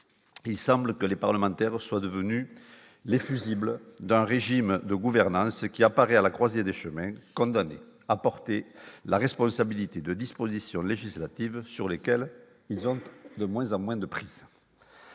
il semble que les parlementaires soient devenus les fusibles d'un régime de gouvernance qui apparaît à la croisée des chemins, condamné à porter la responsabilité de dispositions législatives sur lesquelles ils ont de moins en moins de prise,